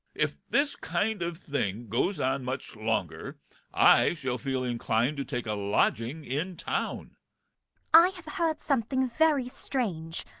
if this kind of thing goes on much longer i shall feel inclined to take a lodging in town i have heard something very strange.